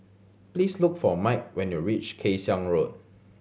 please look for Mike when you reach Kay Siang Road